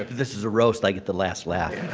this is a roast, i get the last laugh.